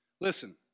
Listen